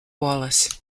wallace